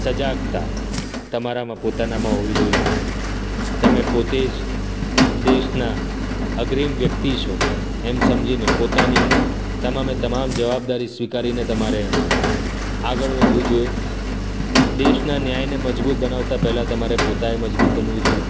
સજાગતા તમારામાં પોતાનામાં હોવી જોઈએ તમે પોતે જ દેશના અગ્રીમ વ્યક્તિ છો એમ સમજીને પોતાની તમામે તમામ જવાબદારી સ્વીકારીને તમારે આગળ વધવું જોએ દેશના ન્યાયને મજબૂત બનાવતાં પહેલાં તમારે પોતે મજબૂત બનવું જોઈએ